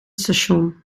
station